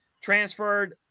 transferred